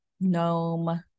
gnome